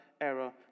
error